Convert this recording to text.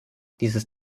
dieses